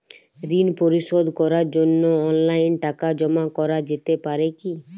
ঋন পরিশোধ করার জন্য অনলাইন টাকা জমা করা যেতে পারে কি?